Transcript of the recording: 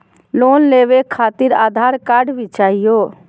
Loan लेवे खातिरआधार card भी चाहियो?